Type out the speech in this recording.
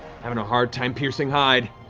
having a hard time piercing hide.